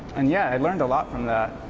and yeah, i learned a lot from that.